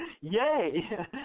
yay